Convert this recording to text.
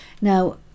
now